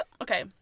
okay